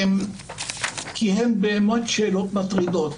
כי הן באמת שאלות מטרידות.